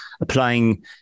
applying